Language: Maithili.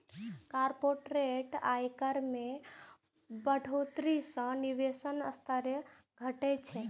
कॉरपोरेट आयकर मे बढ़ोतरी सं निवेशक स्तर घटै छै